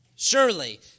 Surely